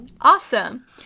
Awesome